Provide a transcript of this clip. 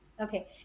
Okay